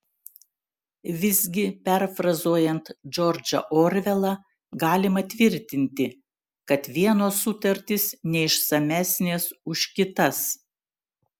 visgi perfrazuojant džordžą orvelą galima tvirtinti kad vienos sutartys neišsamesnės už kitas